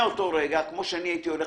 זה כמו שאני הולך